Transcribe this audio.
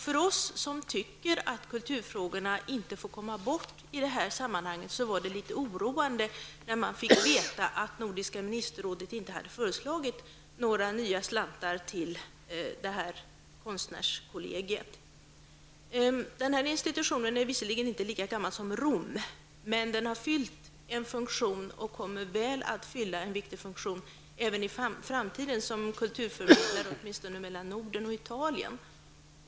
För oss som tycker att kulturfrågorna inte får komma bort i det här sammanhanget var det litet oroande när man fick veta att Nordiska ministerrådet inte hade föreslagit några nya medel till konstnärskollegiet. Den här institutionen är visserligen inte lika gammal som Rom, men den har fyllt en funktion och kommer att fylla en viktig funktion även i framtiden som kulturförmedlare, åtminstone mellan Norden och Italien.